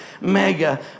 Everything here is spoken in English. Mega